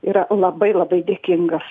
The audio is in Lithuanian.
yra labai labai dėkingas